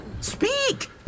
Speak